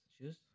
shoes